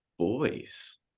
Boys